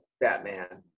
Batman